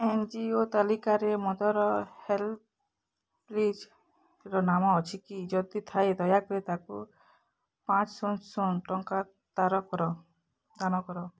N G O ତାଲିକାରେ mother ହେଲ୍ପ୍ଳିଜ୍ର ନାମ ଅଛିକି ଯଦି ଥାଏ ଦୟାକରି ତାକୁ ପାଞ୍ଚ ଶୂନ ଶୂନ ଟଙ୍କା ଦାନ କର